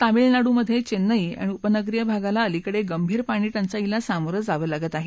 तामिळनाडूमध्ये चेन्नई अणि उपनगरीय भागाला अलिकडे गंभीर पाणी टंचाईला सामोरे जावं लागत आहे